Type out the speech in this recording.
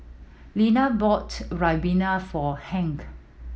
Lannie bought ribena for Hank